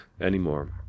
anymore